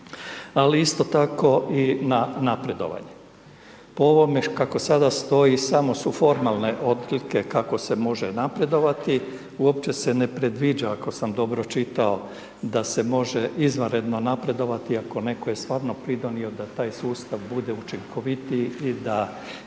ali isto tako i na napredovanje. Po ovome kako sada stoji, samo su formalne odlike kako se može napredovati, uopće se ne predviđa ako sam dobro čitao, da se može izvanredno napredovati ako netko je stvarno pridonio da taj sustav bude učinkovitiji i da